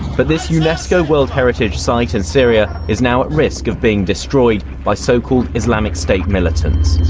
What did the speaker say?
but this unesco world heritage site in syria is now at risk of being destroyed by so-called islamic state militants.